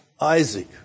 Isaac